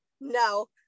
no